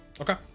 Okay